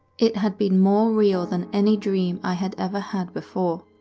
it had been more real than any dream i had ever had before.